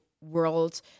world